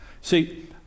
See